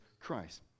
Christ